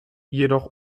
jedoch